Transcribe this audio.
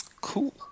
Cool